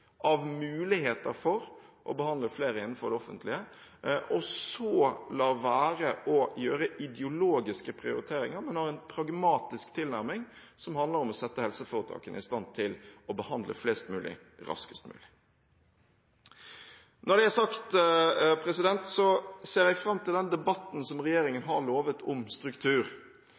av muligheter for å behandle flere innenfor det offentlige, og så lar være å gjøre ideologiske prioriteringer, men har en pragmatisk tilnærming som handler om å sette helseforetakene i stand til å behandle flest mulig raskest mulig. Når det er sagt, ser jeg fram til den debatten som regjeringen har lovet om struktur.